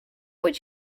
would